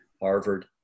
Harvard